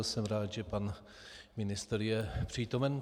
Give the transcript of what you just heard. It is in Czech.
Jsem rád, že pan ministr je přítomen.